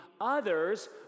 others